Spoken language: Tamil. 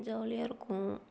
ஜாலியாக இருக்கும்